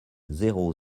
zéro